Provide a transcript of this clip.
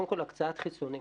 קודם כול, הקצאת חיסונים.